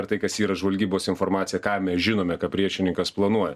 ar tai kas yra žvalgybos informacija ką mes žinome ką priešininkas planuoja